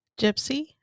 Gypsy